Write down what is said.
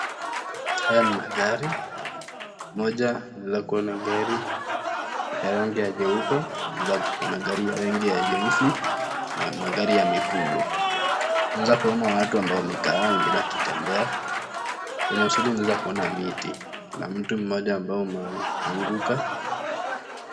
Haya ni magari, moja unaeza kuona gari ya rangi ya nyeupe na kuna gari ya rangi ya jeusi na magari ya mekundu. Kwanza kuna watu ambao wamekaa hao wengine wakitembea. Kwenye usuri unaeza kuona miti, kuna mti mmoja ambao umeanguka.